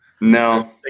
No